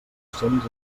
cents